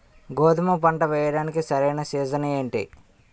గోధుమపంట వేయడానికి సరైన సీజన్ ఏంటి?